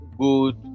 good